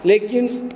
लेकिन